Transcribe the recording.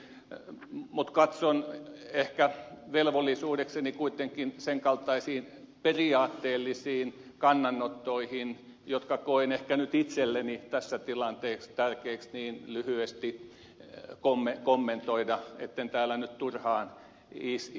mutta katson ehkä velvollisuudekseni kuitenkin sen kaltaisia periaatteellisia kannanottoja jotka koen ehkä nyt itselleni tässä tilanteessa tärkeiksi lyhyesti kommentoida etten täällä nyt turhaan istu